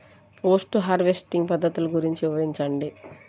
Post harvesting పద్ధతులు గురించి వివరించండి?